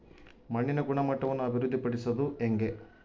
ಮಣ್ಣಿನ ಗುಣಮಟ್ಟವನ್ನು ಅಭಿವೃದ್ಧಿ ಪಡಿಸದು ಹೆಂಗೆ?